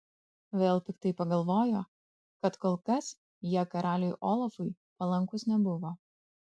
vėl piktai pagalvojo kad kol kas jie karaliui olafui palankūs nebuvo